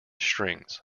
strings